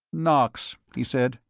knox, he said,